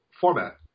format